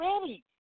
ready